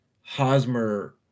Hosmer